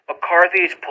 McCarthy's